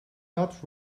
not